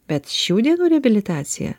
bet šių dienų reabilitacija